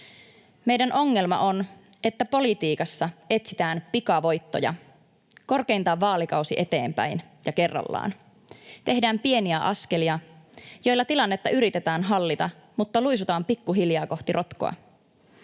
Meidän ongelma on, että politiikassa etsitään pikavoittoja korkeintaan vaalikausi eteenpäin ja kerrallaan. Tehdään pieniä askelia, joilla tilannetta yritetään hallita, mutta luisutaan pikkuhiljaa kohti rotkoa.